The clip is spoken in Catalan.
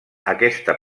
aquesta